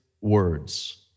words